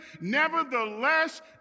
Nevertheless